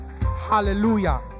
Hallelujah